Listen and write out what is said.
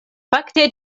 fakte